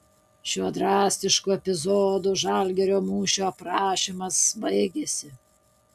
šiuo drastišku epizodu žalgirio mūšio aprašymas baigiasi